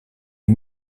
est